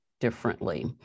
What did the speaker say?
differently